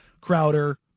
Crowder